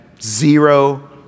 zero